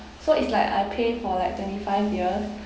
so it's like I pay for like twenty five years